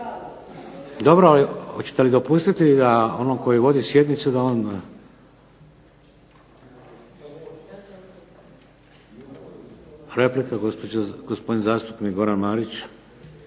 Dobro, hoćete li dopustiti da onom tko vodi sjednicu da on. Replika, gospodin zastupnik Goran Marić.